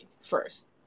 first